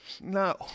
No